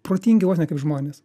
protingi vos ne kaip žmonės